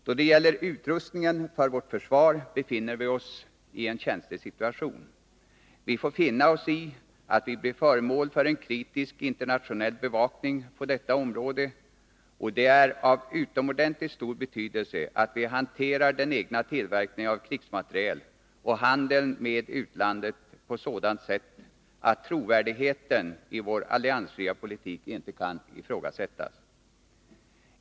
Då det gäller utrustningen för vårt försvar befinner vi oss i en känslig situation. Vi får finna oss i att vi blir föremål för en kritisk internationell bevakning på detta område, och det är av utomordentligt stor betydelse att vi hanterar den egna tillverkningen av krigsmateriel och handeln med utlandet på sådant sätt att trovärdigheten i vår alliansfria politik inte kan ifrågasättas.